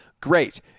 great